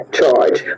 charge